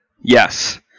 Yes